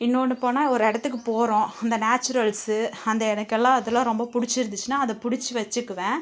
இன்னொன்று போனால் ஒரு இடத்துக்கு போகிறோம் அந்த நேச்சுரல்ஸ்ஸு அந்த எனக்கெல்லாம் அதெலாம் ரொம்ப பிடிச்சிருந்துச்சுனா அதை பிடிச்சி வச்சுக்குவேன்